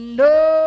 no